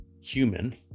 human